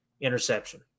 interception